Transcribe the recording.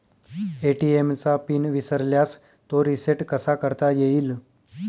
ATM चा pin विसरल्यास तो रिसेट कसा करता येईल?